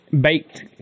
baked